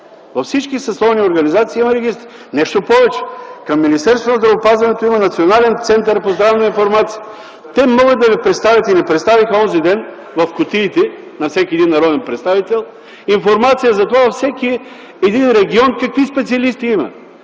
Във всички съсловни организации има регистри. Нещо повече, към Министерството на здравеопазването има Национален център по здравна информация. Те могат да ви представят и ви представиха онзи ден (в кутиите – на всеки един народен представител) информация за това във всеки един регион какви специалисти има.